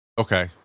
Okay